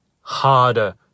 harder